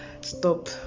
stop